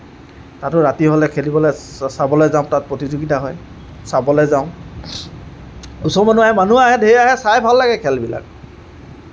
তাতো ৰাতি হ'লে খেলিবলৈ চাবলৈ যাওঁ তাত প্ৰতিযোগিতা হয় চাবলৈ যাওঁ ওচৰৰ মানুহ আহে মানুহ আহে ঢেৰ আহে চাই ভাল লাগে খেলবিলাক